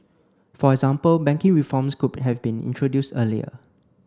for example banking reforms could have been introduced earlier